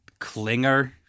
clinger